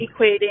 equating